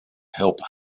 helper